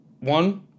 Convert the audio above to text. One